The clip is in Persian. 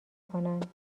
کنند